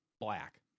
black